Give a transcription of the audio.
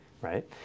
right